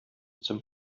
zum